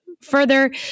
further